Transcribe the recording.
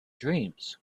dreams